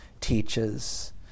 teaches